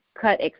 cut